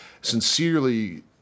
sincerely